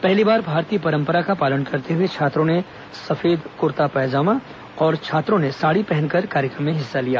पहली बार भारतीय परंपरा का पालन करते हुए छात्रों ने सफेद कर्ता पायजामा और छात्राओं ने साड़ी पहनकर कार्यक्रम में हिस्सा लिया